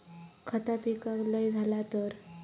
खता पिकाक लय झाला तर?